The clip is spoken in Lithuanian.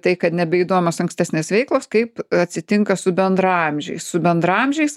tai kad nebeįdomios ankstesnės veiklos kaip atsitinka su bendraamžiais su bendraamžiais